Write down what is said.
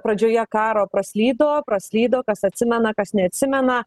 pradžioje karo praslydo praslydo kas atsimena kas neatsimena